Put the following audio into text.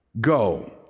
go